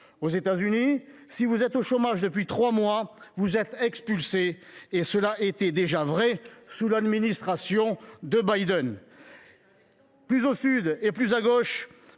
aux États Unis, si vous êtes au chômage depuis trois mois, vous êtes expulsés ; et cela était déjà vrai sous l’administration Biden ! Quel exemple… Plus au sud et plus à gauche,